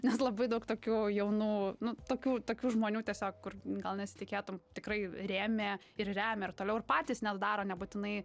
nes labai daug tokių jaunų nu tokių tokių žmonių tiesiog kur gal nesitikėtum tikrai rėmė ir remia ir toliau ir patys net daro nebūtinai